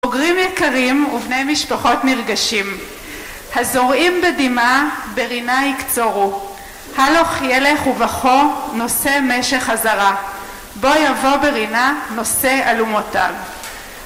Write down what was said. בוגרים יקרים ובני משפחות נרגשים. הזורעים בדמעה ברינה יקצורו, הלוך ילך ובכה נשא משך הזרע בא יבוא ברנה נושא אלומותיו